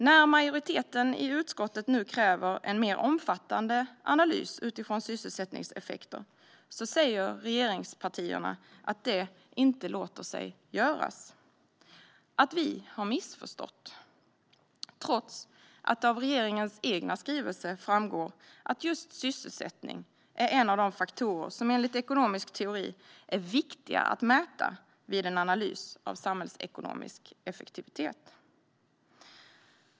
När majoriteten i utskottet nu kräver en mer omfattande analys utifrån sysselsättningseffekter, säger regeringspartierna att det inte låter sig göras och att vi har missförstått, trots att det av regeringens egen skrivelse framgår att just sysselsättning är en av de faktorer som enligt ekonomisk teori är viktig att mäta vid en analys av samhällsekonomisk effektivitet.